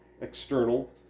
external